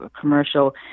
commercial